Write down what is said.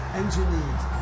engineered